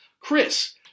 Chris